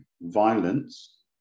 violence